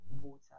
water